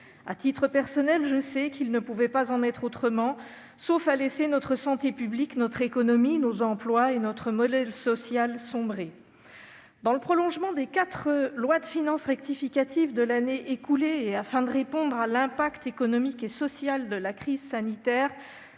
À titre personnel, je sais qu'il ne pouvait en être autrement, sauf à laisser notre santé publique, notre économie, nos emplois et notre modèle social sombrer. Dans le prolongement des quatre lois de finances rectificatives de l'année écoulée, et afin de répondre à l'impact économique et social de la crise sanitaire,